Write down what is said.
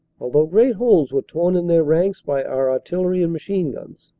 although great holes were torn in their ranks by our artillery and machine-guns.